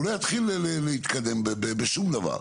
הוא לא יתחיל להתקדם בשום דבר.